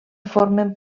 formen